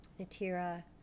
Natira